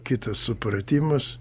kitas supratimas